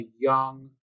young